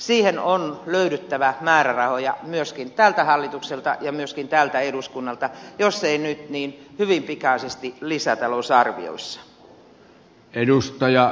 siihen on löydyttävä määrärahoja myöskin tältä hallitukselta ja myöskin tältä eduskunnalta jos ei nyt niin hyvin pikaisesti lisätalousarvioissa